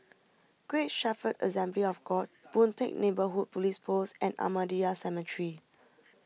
Great Shepherd Assembly of God Boon Teck Neighbourhood Police Post and Ahmadiyya Cemetery